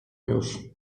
już